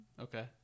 Okay